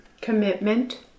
Commitment